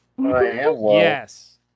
yes